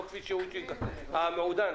המעודן,